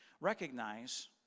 recognize